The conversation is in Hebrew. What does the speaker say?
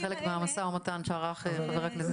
חלק מהמשא ומתן שערך חבר הכנסת סמוטריץ.